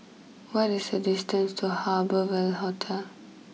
what is the distance to Harbour Ville Hotel